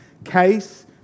case